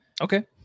Okay